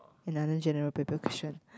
another General-Paper question